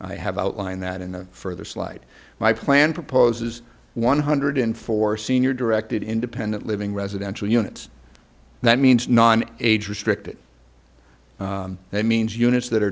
i have outlined that in a further slide my plan proposes one hundred four senior directed independent living residential units that means non age restricted that means units that are